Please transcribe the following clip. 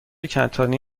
کتانی